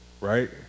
Right